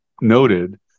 noted